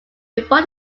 before